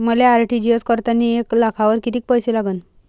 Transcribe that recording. मले आर.टी.जी.एस करतांनी एक लाखावर कितीक पैसे लागन?